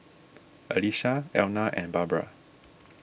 Alesha Elna and Barbra